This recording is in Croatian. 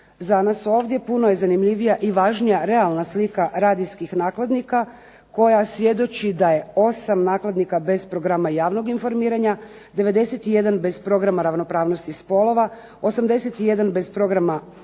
Za nas ovdje puno je zanimljivija i važnija realna slika radijskih nakladnika koja svjedoči da je 8 nakladnika bez programa javnog informiranja, 91 bez programa ravnopravnosti spolova, 81 bez programa